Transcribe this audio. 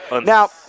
Now